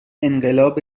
انقلاب